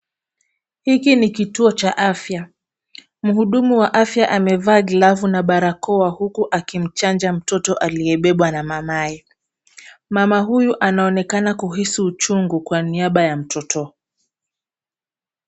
Hiki ni kituo cha afya. Muhudumu wa afya amevaa glavu na barakoa huku akimchanja mtoto aliyebebwa na mamaye. Mama huyu anaonekana kuhisi uchungu kwa niaba ya mtoto.